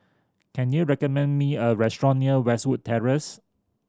can you recommend me a restaurant near Westwood Terrace